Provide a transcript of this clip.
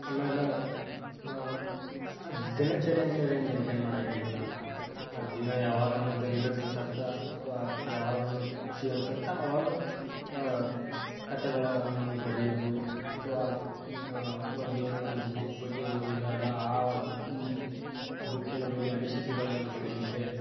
ಆಮೇಲೆ ದಿನಚರಿ ಅಂತ್ಹೇಳಿ ಏನು ಮೇನ್ಟೇನ್ ಮಾಡೊಂಗಿಲ್ರಿ ನಾನು ಆ ದಿನ ಯಾವಾಗ ನನಗೆ ಬರಿಬೇಕನ್ಸತ್ತೆ ಅಥವಾ ಯಾವಾಗ ನನಗೆ ಖುಷಿ ಅನ್ಸತ್ತೆ ಆವಾಗ ಕಥೆಗಳನ್ನು ಬರೆಯುವುದು ಅಥವಾ ಒಂದು ಏನೋ ಒಂದು ಬುಕ್ ಬಗ್ಗೆ ಓದಿದಾಗ ಆ ಬುಕ್ಕಿನ ಬಗ್ಗೆ ಅನಿಸಿಕೆಗಳನ್ನು ಬರಿಲಿಕ್ಕೆ